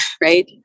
right